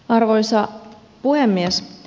arvoisa puhemies